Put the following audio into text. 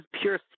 pure